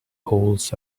holds